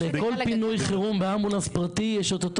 לכל פינוי חירום באמבולנס פרטי יש את אותו